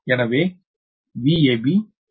எனவே VAB VAB VAn VnB